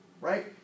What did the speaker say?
right